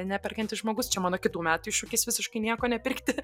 neperkantis žmogus čia mano kitų metų iššūkis visiškai nieko nepirkti